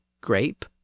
grape